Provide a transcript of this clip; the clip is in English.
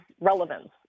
relevance